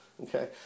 okay